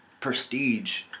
prestige